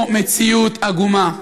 יש פה מציאות עגומה.